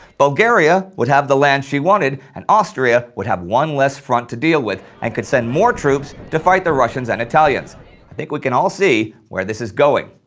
bulgaria would have the land she wanted, and austria would have one less front to deal with and could send more troops to fight the russians and italians. i think we can all see where this is going.